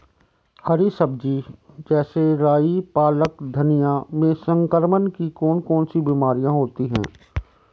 हरी सब्जी जैसे राई पालक धनिया में संक्रमण की कौन कौन सी बीमारियां होती हैं?